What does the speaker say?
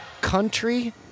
Country